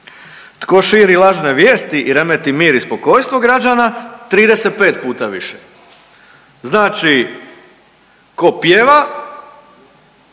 Tko širi lažne vijesti i remeti mir i spokojstvo građana 35 puta više. Znači tko pjeva